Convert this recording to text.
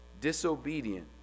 disobedient